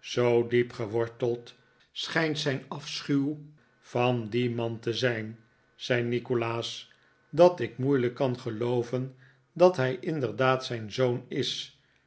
zoo diep geworteld schijnt zijn afschuw van dien man te zijn zei nikolaas dat ik moeilijk kan gelooven dat hij inderdaad zijn zoon is